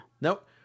Nope